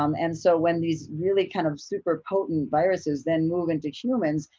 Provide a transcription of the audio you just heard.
um and so when these really kind of super potent viruses then move into humans,